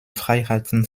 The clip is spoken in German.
freiheiten